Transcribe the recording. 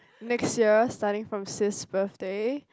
next year starting from sis birthday